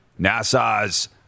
NASA's